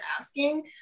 asking